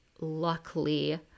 luckily